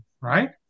right